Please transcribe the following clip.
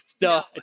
no